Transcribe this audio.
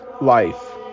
life